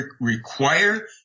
require